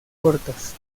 cortas